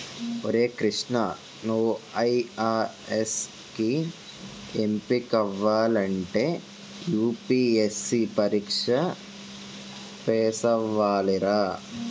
ఒరే కృష్ణా నువ్వు ఐ.ఆర్.ఎస్ కి ఎంపికవ్వాలంటే యూ.పి.ఎస్.సి పరీక్ష పేసవ్వాలిరా